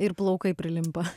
ir plaukai prilimpa